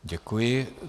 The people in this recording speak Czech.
Děkuji.